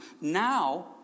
now